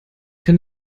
kann